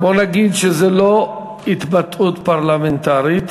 בוא נגיד שזה לא התבטאות פרלמנטרית.